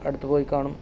അടുത്തു പോയി കാണും